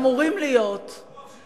שאמורים להיות חלק,